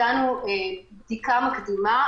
ביצענו בדיקה מקדימה,